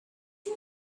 you